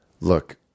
Look